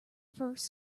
first